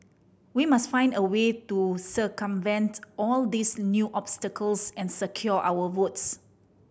we must find a way to circumvent all these new obstacles and secure our votes